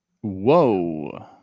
Whoa